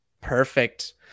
perfect